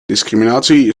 discriminatie